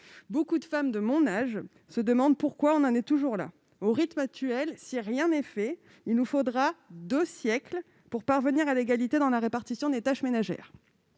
Beaucoup de femmes de mon âge se demandent pourquoi nous en sommes encore là. À ce rythme, si rien n'est fait, il faudra deux siècles pour parvenir à l'égalité dans la répartition des tâches ménagères.